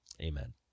amen